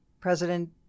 president